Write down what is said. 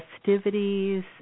festivities